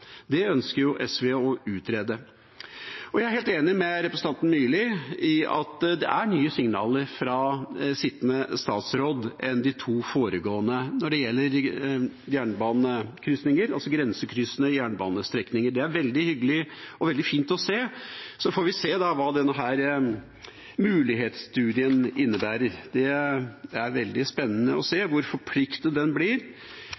Det ønsker SV å utrede. Jeg er helt enig med representanten Myrli i at det er nye signaler fra sittende statsråd i forhold til de to foregående når det gjelder jernbanekrysninger, altså grensekryssende jernbanestrekninger. Det er veldig hyggelig og veldig fint å se. Så får vi se hva denne mulighetsstudien innebærer. Det blir veldig spennende å se hvor forpliktende den blir.